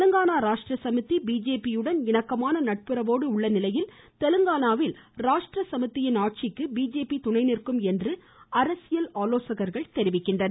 தெலுங்கானா ராஷ்ட்ர சமிதி பிஜேபியுடன் இணக்கமான நட்புறவோடு உள்ள நிலையில் தெலுங்கானாவில் ராஷ்ட்ர சமிதியின் ஆட்சிக்கு பிஜேபி துணை நிந்கும் என அரசியல் ஆலோசகர்கள் தெரிவிக்கின்றனர்